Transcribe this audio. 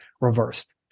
reversed